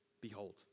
Behold